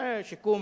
שיקום